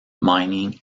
mining